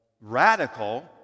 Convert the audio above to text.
radical